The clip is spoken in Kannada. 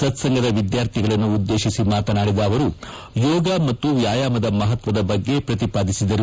ಸತ್ಲಂಗದ ವಿದ್ಯಾರ್ಥಿಗಳನ್ನು ಉದ್ವೇತಿಸಿ ಮಾತನಾಡಿದ ಅವರು ಯೋಗ ಮತ್ತು ವ್ಯಾಯಾಮದ ಮಹತ್ವದ ಬಗ್ಗೆ ಪ್ರತಿಪಾದಿಸಿದರು